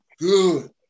Good